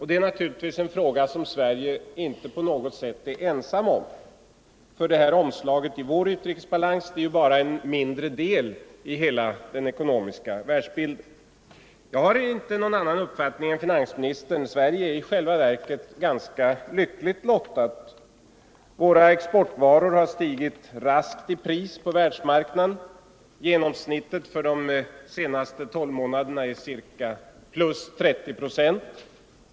Det är naturligtvis en fråga som Sverige inte på något sätt är ensamt om, för omslaget i vår utrikeshandel är ju bara en mindre del av hela den ekonomiska världsbilden. Jag har inte någon annan uppfattning än finansministern: Sverige är i själva verket ganska lyckligt lottat. Våra exportvaror har stigit raskt i pris på världsmarknaden. Genomsnittet för de senaste tolv månaderna är ca + 30 procent.